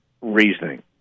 reasoning